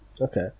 Okay